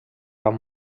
van